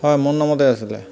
হয় মোৰ নামতে আছিলে